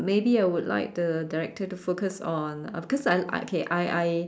maybe I would like the director to focus on uh because I I K I I I